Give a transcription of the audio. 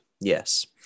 yes